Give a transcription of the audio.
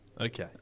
Okay